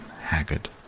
haggard